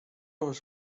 was